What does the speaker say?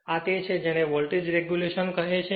આ તે છે જેને વોલ્ટેજ રેગ્યુલેશન કહે છે